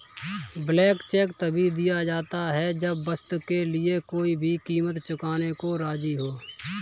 blank cheque तभी दिया जाता है जब वस्तु के लिए कोई भी कीमत चुकाने को राज़ी हो